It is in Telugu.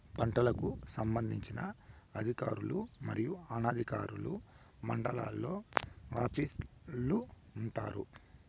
పంటలకు సంబంధించిన అధికారులు మరియు అనధికారులు మండలాల్లో ఆఫీస్ లు వుంటాయి?